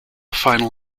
final